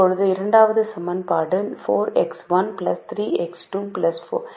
இப்போது இரண்டாவது சமன்பாடு 4X1 3X2 X4 24 இது X4 24 4X1 3X2 என எழுதப்பட்டுள்ளது